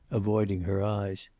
avoiding her eyes.